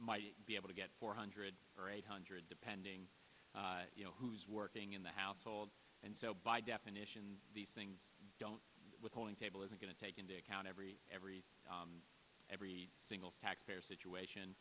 might be able to get four hundred or eight hundred depending who's working in the household and so by definition these things don't withholding table isn't going to take into account every every every single taxpayer situation